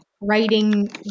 writing